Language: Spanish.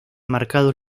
marcados